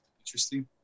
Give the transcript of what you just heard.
Interesting